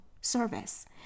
service